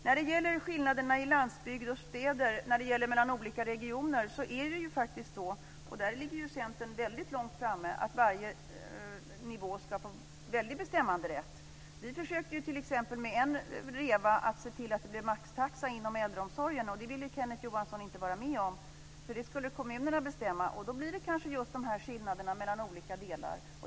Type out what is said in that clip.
När det gäller skillnaden mellan landsbygd och städer och mellan olika regioner så är det faktiskt så - där ligger Centern väldigt långt framme - att varje nivå ska få en mycket stor bestämmanderätt. Vi försökte t.ex. med en reva när vi försökte se till att det skulle bli maxtaxa inom äldreomsorgen. Men det ville Kenneth Johansson inte vara med om, eftersom kommunerna skulle bestämma om det. Och då blir det kanske just dessa skillnader mellan olika delar.